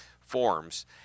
forms